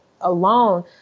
alone